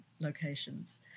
locations